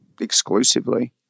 exclusively